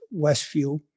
Westview